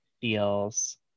feels